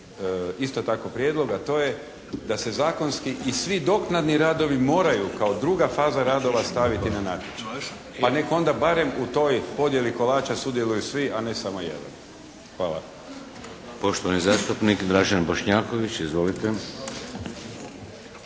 isto tako prijedlog, a to je da se zakonski i svi doknadni radovi moraju kao druga faza radova staviti na natječaj, pa nek onda barem u toj podjeli kolača sudjeluju svi, a ne samo …/Govornik